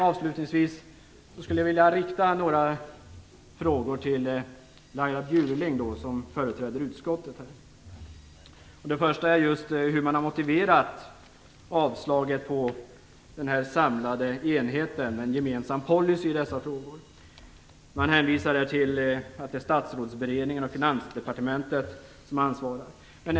Avslutningsvis skulle jag vilja rikta några frågor till Laila Bjurling, som företräder utskottet. Det första gäller hur utskottet har motiverat avstyrkandet av förslaget om den samlade enheten, en gemensam policy, i dessa frågor. Man hänvisar till att det är Statsrådsberedningen och Finansdepartementet som ansvarar för detta.